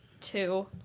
Two